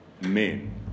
men